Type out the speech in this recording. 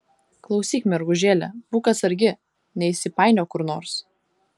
klausyk mergužėle būk atsargi neįsipainiok kur nors